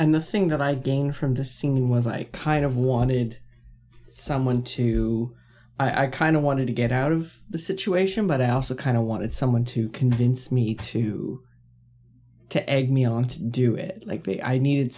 and the thing that i gain from the scene was like kind of wanted someone to i kind of wanted to get out of the situation but i also kind of wanted someone to convince me to to egg me on to do it like me i needed